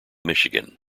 michigan